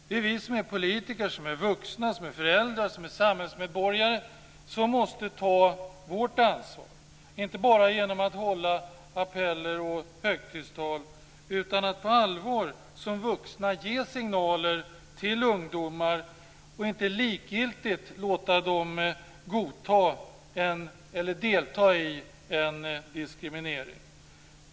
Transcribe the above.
Det är vi som är politiker och vi som är vuxna, föräldrar och samhällsmedborgare som måste ta vårt ansvar, inte bara genom att hålla appeller och högtidstal utan också genom att som vuxna på allvar ge signaler till ungdomar och inte likgiltigt låta dem delta i en diskriminering.